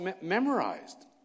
memorized